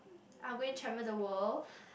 I'm going travel the world